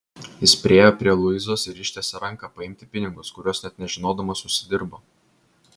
jis priėjo prie luizos ir ištiesė ranką paimti pinigus kuriuos net nežinodamas užsidirbo